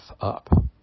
up